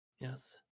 yes